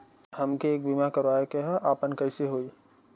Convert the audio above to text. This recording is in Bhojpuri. हमके एक बीमा करावे के ह आपन कईसे होई?